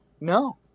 no